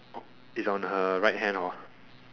is on her right hand hor